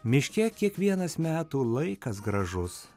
miške kiekvienas metų laikas gražus